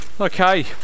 Okay